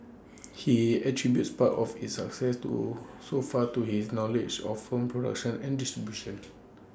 he attributes part of its success to so far to his knowledge of form production and distribution